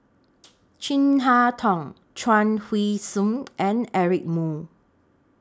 Chin Harn Tong Chuang Hui Tsuan and Eric Moo